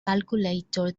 calculator